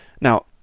Now